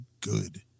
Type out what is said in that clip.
good